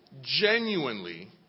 genuinely